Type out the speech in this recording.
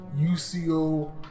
UCO